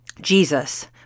Jesus